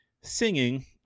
singing